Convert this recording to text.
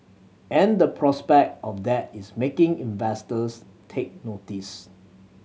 and the prospect of that is making investors take notice